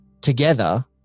together